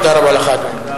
תודה רבה לך, אדוני.